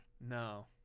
No